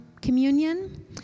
communion